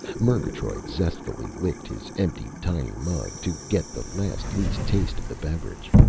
murgatroyd zestfully licked his emptied tiny mug, to get the last least taste of the beverage.